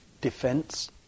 defense